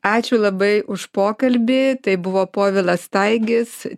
ačiū labai už pokalbį tai buvo povilas staigis